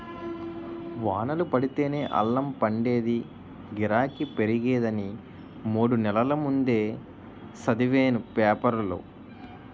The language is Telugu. వానలు పడితేనే అల్లం పండేదీ, గిరాకీ పెరిగేది అని మూడు నెల్ల ముందే సదివేను పేపరులో